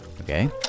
Okay